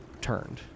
turned